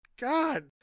God